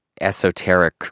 esoteric